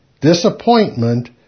disappointment